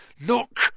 Look